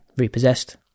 repossessed